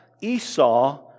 Esau